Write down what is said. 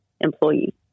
employee